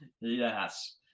yes